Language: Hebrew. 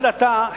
עד עתה,